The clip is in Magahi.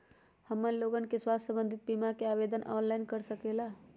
हमन लोगन के स्वास्थ्य संबंधित बिमा का आवेदन ऑनलाइन कर सकेला?